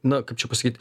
na kaip čia pasakyt